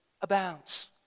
abounds